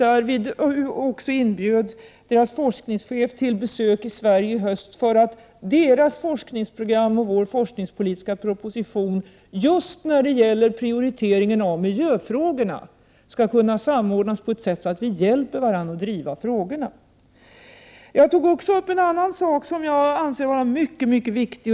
Därvid inbjöd jag också deras forskningschef till besök i Sverige i höst, för att deras forskningsprogram och vår forskningspolitiska proposition just när det gäller prioritering av miljöfrågorna skall kunna samordnas på ett sådant sätt att vi hjälper varandra att driva dessa frågor. Jag tog också upp en annan sak som jag anser vara mycket viktig.